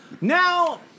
Now